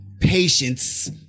patience